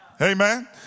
Amen